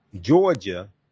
Georgia